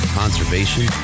conservation